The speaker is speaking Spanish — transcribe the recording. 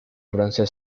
bronce